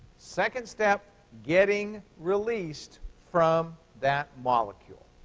second step getting released from that molecule.